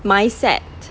mindset